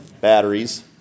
Batteries